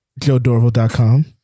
joedorval.com